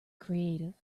creative